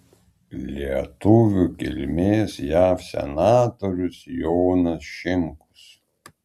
lietuvių kilmės jav senatorius jonas šimkus